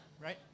right